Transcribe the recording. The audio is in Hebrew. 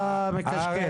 אתה מקשקש.